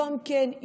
יום כן,